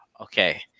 Okay